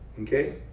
Okay